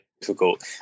difficult